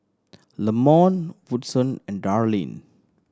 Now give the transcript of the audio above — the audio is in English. Leamon Woodson and Darline